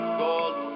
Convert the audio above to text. gold